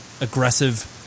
aggressive